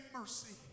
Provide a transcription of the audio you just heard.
mercy